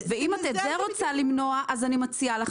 אם את רוצה למנוע את זה,